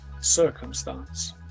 circumstance